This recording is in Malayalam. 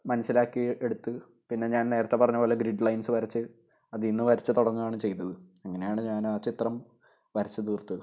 മനസ്സിലാക്കി എടുത്ത് പിന്നെ ഞാൻ നേരത്തെ പറഞ്ഞപോലെ ഗ്രിഡ് ലൈൻസ് വരച്ച് അതില്നിന്ന് വരച്ചു തുടങ്ങുകയാണ് ചെയ്തത് അങ്ങനെയാണ് ഞാൻ ആ ചിത്രം വരച്ചുതീർത്തത്